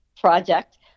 project